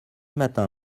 matin